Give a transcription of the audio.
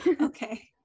okay